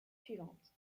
suivantes